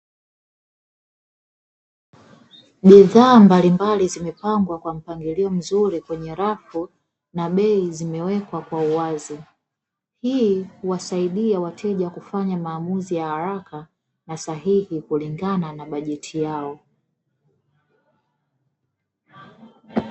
Bidhaa mbalimbali zimepangwa kwa mpangilio mzuri kwenye rafu na bei zimewekwa kwa uwazi, hii huwasaidia wateja kufanya maamuzi ya haraka na sahihi kulingana na bajeti yao.